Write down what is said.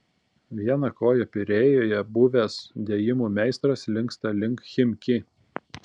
viena koja pirėjuje buvęs dėjimų meistras linksta link chimki